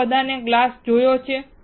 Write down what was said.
તમે બધાએ ગ્લાસ જોયો છે